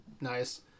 Nice